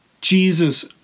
Jesus